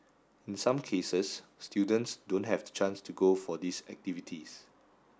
in some cases students don't have the chance to go for these activities